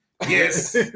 Yes